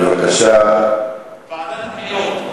בבקשה, ועדת חינוך.